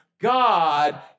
God